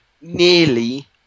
nearly